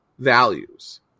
values